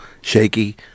shaky